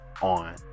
on